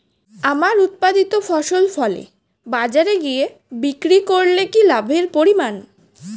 আমার উৎপাদিত ফসল ফলে বাজারে গিয়ে বিক্রি করলে কি লাভের পরিমাণ?